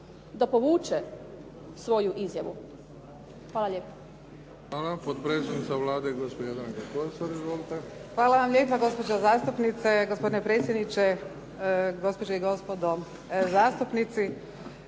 da povuče svoju izjavu? Hvala lijepa.